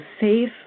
safe